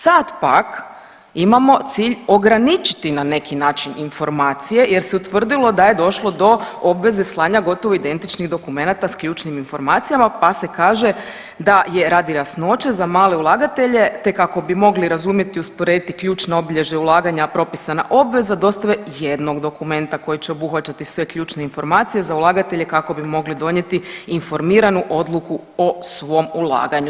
Sad pak imamo cilj ograničiti na neki način informacije jer se utvrdilo da je došlo do obveze slanja gotovo identičnih dokumenata s ključnim informacijama, pa se kaže da je radi jasnoće za male ulagatelje te kako bi mogli razumjeti i usporediti ključna obilježja ulaganja propisana obveza dostave jednog dokumenta koji će obuhvaćati sve ključne informacije za ulagatelje kako bi mogli donijeti informiranu odluku o svom ulaganju.